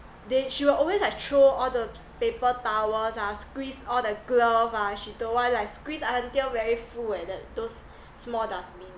they she will always like throw all the paper towels ah squeeze all the glove ah she don't want like squeeze until very full at that those small dustbin